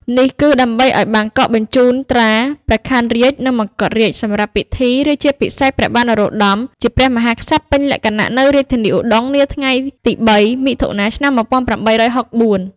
នេះគឺដើម្បីឱ្យ បាងកកបញ្ជូនត្រា ព្រះខ័នរាជ្យ និងមកុដរាជ្យ សម្រាប់ពិធីរាជាភិសេកព្រះបាទនរោត្តម ជាព្រះ មហាក្សត្រពេញលក្ខណៈ នៅរាជធានីឧដុង្គនាថ្ងៃទី៣ មិថុនា ១៨៦៤។